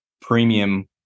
premium